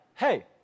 Hey